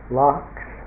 locks